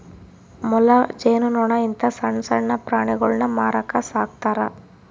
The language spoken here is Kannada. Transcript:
ಮೊಲ, ಜೇನು ನೊಣ ಇಂತ ಸಣ್ಣಣ್ಣ ಪ್ರಾಣಿಗುಳ್ನ ಮಾರಕ ಸಾಕ್ತರಾ